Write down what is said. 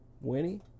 Winnie